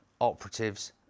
operatives